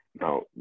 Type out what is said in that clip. Now